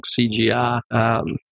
CGI